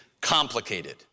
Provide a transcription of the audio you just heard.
complicated